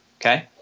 okay